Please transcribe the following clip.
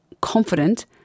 confident